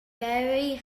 very